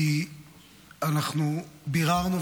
כי אנחנו ביררנו,